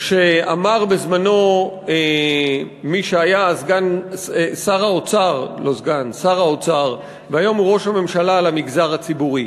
שאמר בזמנו מי שהיה שר האוצר והיום הוא ראש הממשלה למגזר הציבורי,